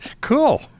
Cool